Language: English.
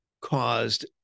caused